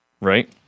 right